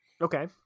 Okay